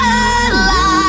alive